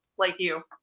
like you.